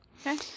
Okay